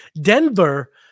Denver